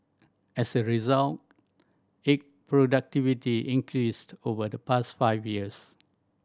as a result egg productivity increased over the past five years